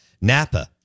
Napa